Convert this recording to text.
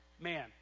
Man